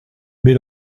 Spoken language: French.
mais